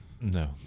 No